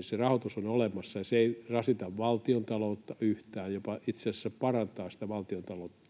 se rahoitus on olemassa, ja se ei rasita valtiontaloutta yhtään — jopa itse asiassa parantaa sitä valtiontalouden